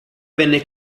venne